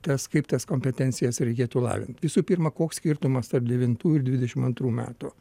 tas kaip tas kompetencijas reikėtų lavint visų pirma koks skirtumas tarp devintų ir dvidešimt antrų metų